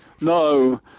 no